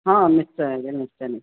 ହଁ ନିଶ୍ଚୟ ଆଜ୍ଞା ନିଶ୍ଚୟ ନିଶ୍ଚୟ